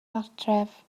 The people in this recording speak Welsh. gartref